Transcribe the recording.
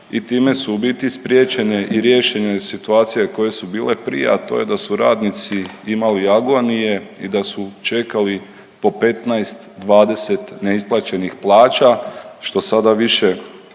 i time su u biti spriječene i riješene situacije koje su bile prije, a to je da su radnici imali agonije i da su čekali po 15, 20 neisplaćenih plaća, što sada više nije